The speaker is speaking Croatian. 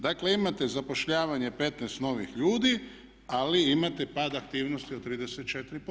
Dakle, imate zapošljavanje 15 novih ljudi, ali imate pad aktivnosti od 34%